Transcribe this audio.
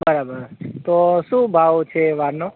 બરાબર તો શું ભાવ છે વારનો